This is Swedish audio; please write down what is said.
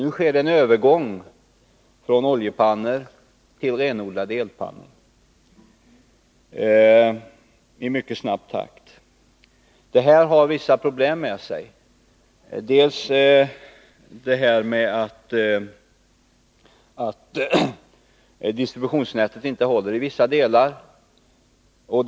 Nu sker alltså en övergång från oljepannor till renodlade elpannor i mycket snabb takt. Detta för med sig en del problem, varav ett är att distributionsnätet i vissa områden inte håller för att täcka energibehovet.